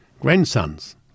grandsons